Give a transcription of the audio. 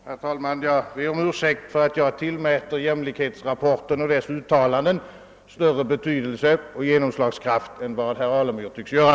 Herr talman! Jag ber om ursäkt för att jag tillmäter jämlikhetsrapporten större betydelse och genomslagskraft än vad herr Alemyr tycks göra.